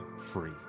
Free